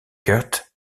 kurt